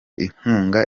inkunga